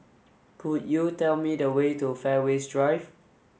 could you tell me the way to Fairways Drive